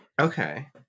Okay